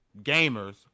gamers